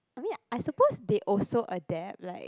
I mean I suppose they also adapt like